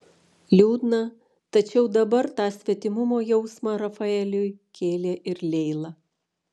liūdna tačiau dabar tą svetimumo jausmą rafaeliui kėlė ir leila